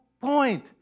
point